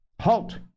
Halt